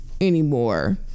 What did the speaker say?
anymore